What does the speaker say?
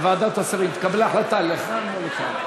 בוועדת השרים התקבלה החלטה לכאן או לכאן.